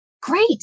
great